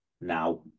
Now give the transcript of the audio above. now